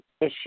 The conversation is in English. issue